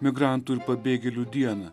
migrantų ir pabėgėlių dieną